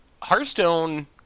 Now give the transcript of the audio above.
Hearthstone